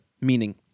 meaning